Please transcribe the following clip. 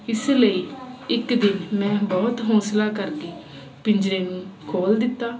ਇਸ ਲਈ ਇੱਕ ਦਿਨ ਮੈਂ ਬਹੁਤ ਹੌਂਸਲਾ ਕਰਕੇ ਪਿੰਜਰੇ ਨੂੰ ਖੋਲ ਦਿੱਤਾ